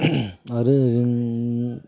आरो